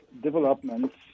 developments